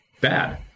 bad